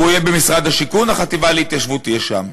הוא יהיה במשרד השיכון, החטיבה להתיישבות תהיה שם,